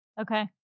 Okay